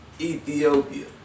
Ethiopia